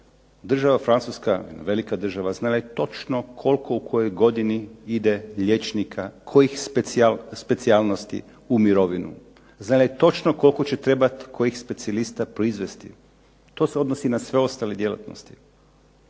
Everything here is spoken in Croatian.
Država Francuska, velika država znala je točno koliko u kojoj godini ide liječnika, kojih specijalnosti u mirovinu. Znala je točno koliko će trebati kojih specijalisti proizvesti. To se odnosi i na sve ostale djelatnosti.